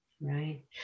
Right